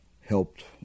helped